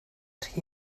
rhy